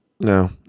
No